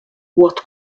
what